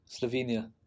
Slovenia